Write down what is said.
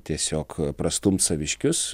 tiesiog prastumt saviškius